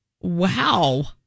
Wow